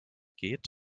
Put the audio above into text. geht